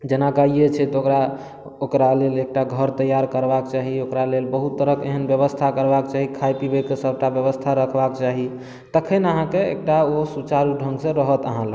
जेना गाये छै तऽ ओकरा ओकरा लेल एकटा घर तैयार करबाक चाही ओकरा लेल बहुत तरहक एहन व्यवस्था करबाक चाही खाइ पिबैके सबटा व्यवस्था रखबाक चाही तखन अहाँके एकटा ओहो सुचारू ढंगसँ रहत अहाँ लऽ